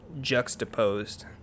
juxtaposed